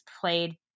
played